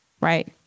right